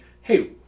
hey